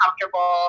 comfortable